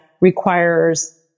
requires